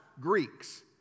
Greeks